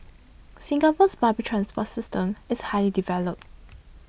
Singapore's public transport system is highly developed